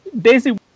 Daisy